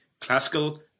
classical